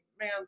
man